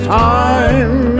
time